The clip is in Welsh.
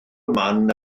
man